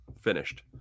Finished